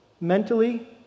mentally